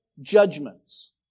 judgments